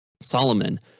solomon